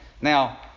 Now